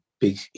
big